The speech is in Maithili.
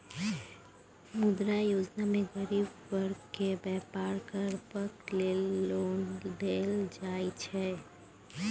मुद्रा योजना मे गरीब बर्ग केँ बेपार करबाक लेल लोन देल जाइ छै